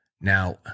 Now